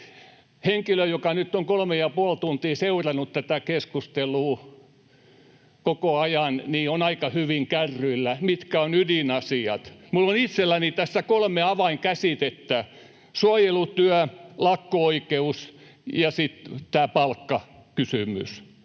henkilöön, joka nyt on kolme ja puoli tuntia seurannut tätä keskustelua koko ajan ja on aika hyvin kärryillä, mitkä ovat ydinasiat. Minulla on itselläni tässä kolme avainkäsitettä: suojelutyö, lakko-oikeus ja sitten tämä palkkakysymys.